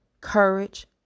courage